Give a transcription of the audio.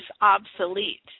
obsolete